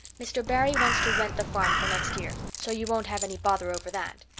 mr. barry wants to rent the farm for next year. so you won't have any bother over that.